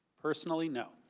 personally no.